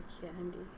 candy